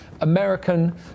American